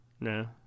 No